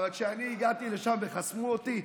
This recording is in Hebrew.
אבל כשאני הגעתי לשם וחסמו אותי,